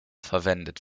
verwendet